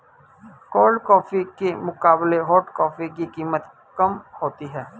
cold coffee के मुकाबले hot coffee की कीमत कम होती है